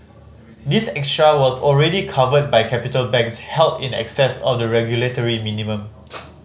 this extra was already covered by capital banks held in excess of the regulatory minimum